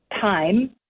time